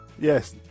Yes